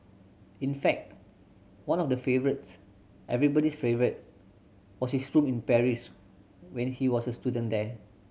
in fact one of the favourites everybody's favourite was his room in Paris when he was a student there